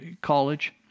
college